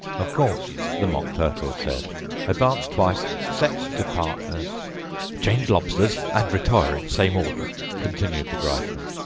of course the mock turtle said advance twice, set to partners change lobsters, and retire in same order continued the gryphon.